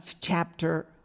chapter